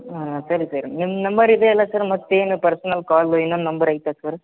ಹಾಂ ಸರಿ ಸರಿ ನಿಮ್ಮ ನಂಬರ್ ಇದೇ ಅಲ್ಲ ಸರ್ ಮತ್ತೆ ಏನು ಪರ್ಸ್ನಲ್ ಕಾಲು ಇನ್ನೊಂದು ನಂಬರ್ ಐತಾ ಸರ್